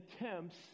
attempts